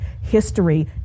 history